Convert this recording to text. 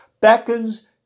beckons